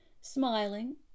smiling